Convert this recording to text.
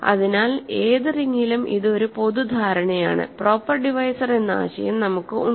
അതിനാൽ ഏത് റിങ്ങിലും ഇത് ഒരു പൊതു ധാരണയാണ് പ്രോപ്പർ ഡിവൈസർ എന്ന ആശയം നമുക്ക് ഉണ്ട്